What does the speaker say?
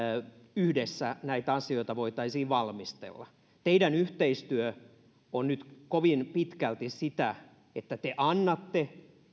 yhdessä näitä asioita voitaisiin valmistella teidän yhteistyönne on nyt kovin pitkälti sitä että te annatte